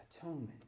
Atonement